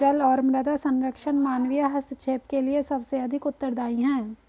जल और मृदा संरक्षण मानवीय हस्तक्षेप के लिए सबसे अधिक उत्तरदायी हैं